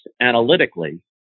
analytically